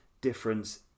difference